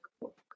book